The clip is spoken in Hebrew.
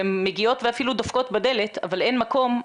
הן מגיעות ואפילו דופקות בדלת אבל אין מקום.